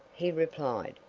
he replied.